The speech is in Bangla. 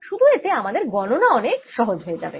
শুধু এতে আমাদের গণনা অনেক সহজ হয়ে যাবে